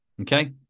okay